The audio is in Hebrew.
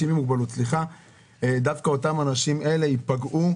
מוגבלות, אזרחים ותיקים, דווקא אותם אנשים ייפגעו,